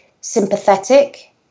sympathetic